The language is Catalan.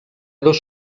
dos